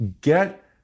get